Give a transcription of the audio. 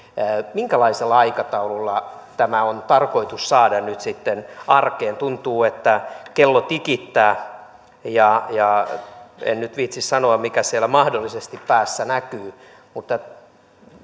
minkälaisella aikataululla tämä on tarkoitus saada nyt sitten arkeen tuntuu että kello tikittää ja ja en nyt viitsi sanoa mikä siellä mahdollisesti päässä näkyy mutta